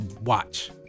Watch